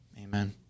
Amen